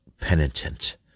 penitent